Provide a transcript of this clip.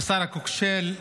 השר הכושל,